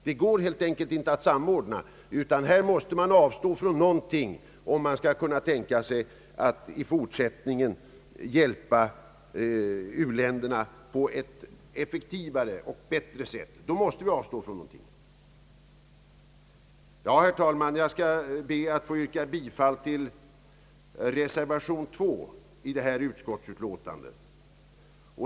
Det går helt enkelt inte att samordna, utan här måste man avstå från någonting, om man skall tänka sig att i fortsättningen hjälpa u-länderna på ett effektivare sätt. Herr talman! Jag skall be att få yrka bifall till reservation II vid detta utlåtande.